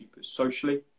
socially